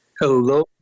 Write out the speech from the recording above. Hello